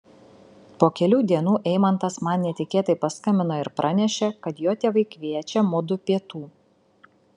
po kelių dienų eimantas man netikėtai paskambino ir pranešė kad jo tėvai kviečia mudu pietų